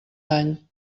dany